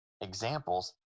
examples